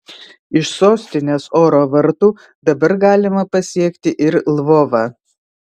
iš sostinės oro vartų dabar galima pasiekti ir lvovą